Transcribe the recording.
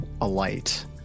alight